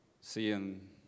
seeing